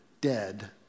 dead